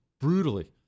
brutally